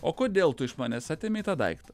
o kodėl tu iš manęs atėmei tą daiktą